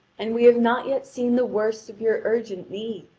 and we have not yet seen the worst of your urgent need.